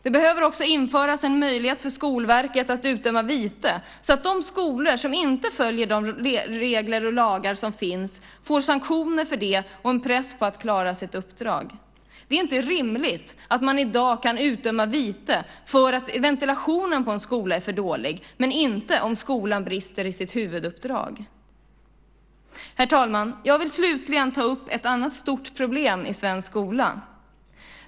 Det behöver också införas en möjlighet för Skolverket att utdöma vite, så att de skolor som inte följer de regler och lagar som finns får sanktioner för det och en press på sig att klara sitt uppdrag. Det är inte rimligt att man i dag kan utdöma vite för att ventilationen på en skola är för dålig men inte om skolan brister i sitt huvuduppdrag. Jag vill slutligen ta upp ett annat stort problem i svensk skola.